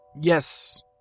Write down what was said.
Yes